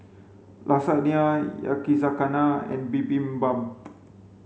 Lasagna Yakizakana and Bibimbap